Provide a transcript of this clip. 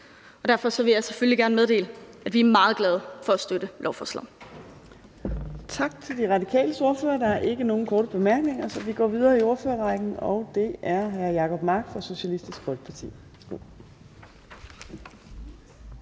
Og derfor vil jeg selvfølgelig gerne meddele, at vi er meget glade for at støtte lovforslaget.